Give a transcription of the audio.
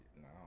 No